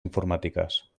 informàtiques